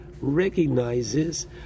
recognizes